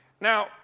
now